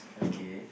okay